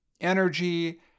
energy